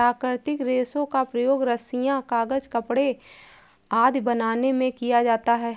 प्राकृतिक रेशों का प्रयोग रस्सियॉँ, कागज़, कपड़े आदि बनाने में किया जाता है